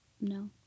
no